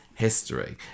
History